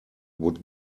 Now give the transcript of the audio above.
would